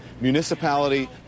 Municipality